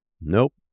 Nope